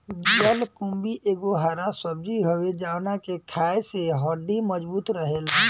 जलकुम्भी एगो हरा सब्जी हवे जवना के खाए से हड्डी मबजूत रहेला